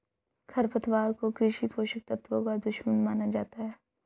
खरपतवार को कृषि पोषक तत्वों का दुश्मन माना जाता है